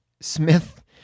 Smith